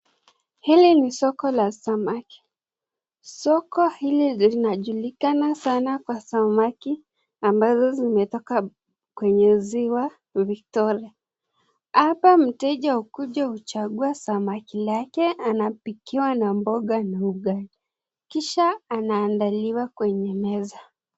Hili ni soko la samaki .Soko hili linajulikana sana kwa samaki ambazo zimetoka kwenye Ziwa vitole. Apa mteja wa kuja huchagua samaki lake anapikiwa na mboga na ugali .Kisha anaandaliwa kwenye meza.